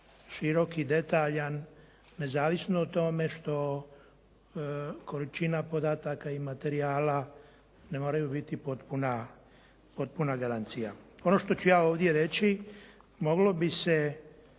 širok i detaljan nezavisno o tome što količina podataka i materijala ne moraju biti potpuna garancija. Ono što ću ja ovdje reći moglo bi se